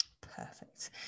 Perfect